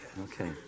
Okay